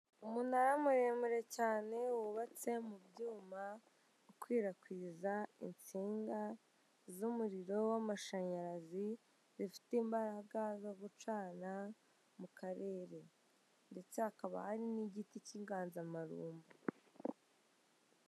Umunara muremure cyane wubatse mu byuma, ukwirakwiza insinga z'umuriro w'amashanayrazi, zifite imbaraga zo gucana mu karere. Ndetse hakaba hari n'igiti cy'inganzamarumbo.